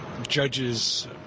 Judges